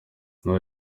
nta